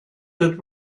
that